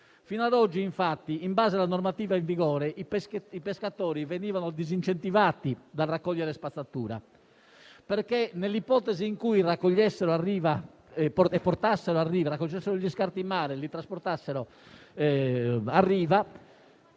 Fino a oggi infatti, in base alla normativa in vigore, i pescatori venivano disincentivati dal raccogliere spazzatura, perché, nell'ipotesi in cui raccogliessero degli scarti in mare e li portassero a riva